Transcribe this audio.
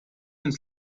uns